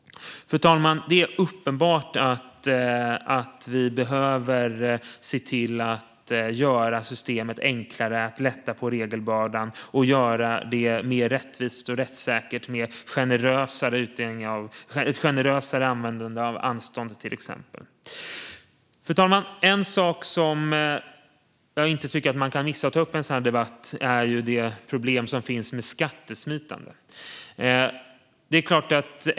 Fru talman! Det är uppenbart att vi behöver se till att göra systemet enklare, lätta på regelbördan och göra det mer rättvist och rättssäkert med till exempel ett generösare användande av anstånd. Fru talman! En sak som jag inte tycker att man kan missa att ta upp i en sådan här debatt är de problem som finns med skattesmitande.